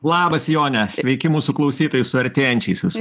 labas jone sveiki mūsų klausytojai su artėjančiais visu